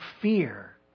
fear